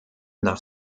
nach